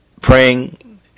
praying